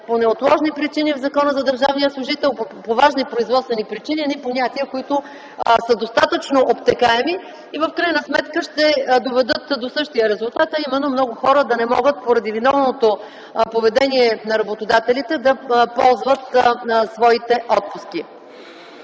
по неотложни причини в Закона за държавния служител, по важни производствени причини –достатъчно обтекаеми понятия, които в крайна сметка ще доведат до същия резултат, а именно много хора да не могат поради виновното поведение на работодателите да ползват своите отпуски.